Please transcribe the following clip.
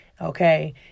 Okay